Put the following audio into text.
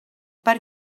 per